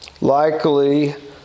Likely